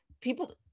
people